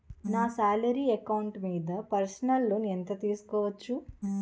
నా salary account మీద personal loan ఎంత తీసుకోవచ్చు?